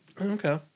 Okay